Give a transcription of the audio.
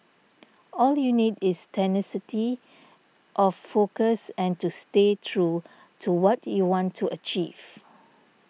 all you need is tenacity of focus and to stay true to what you want to achieve